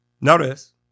Notice